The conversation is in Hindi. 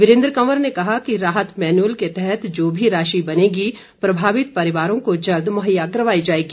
वीरेन्द्र कंवर ने कहा कि राहत मैनुअल के तहत जो भी राशि बनेगी प्रभावित परिवारों को जल्द मुहैया करवाया जाएगा